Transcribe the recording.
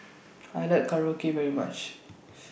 I like Korokke very much